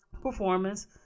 performance